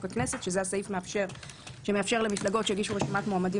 הכנסת שזה הסעיף שמאפשר למפלגות שהגישו רשימת מועמדים